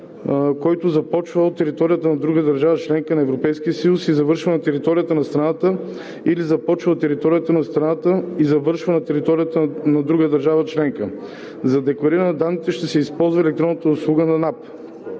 който започва от територията на друга държава – членка на Европейския съюз, и завършва на територията на страната, или започва от територията на страната и завършва на територията на друга държава членка. За деклариране на данните ще се използва електронната услуга на НАП,